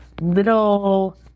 little